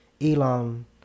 Elon